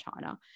China